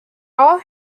all